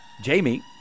Jamie